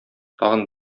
тагын